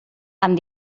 amb